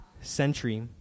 century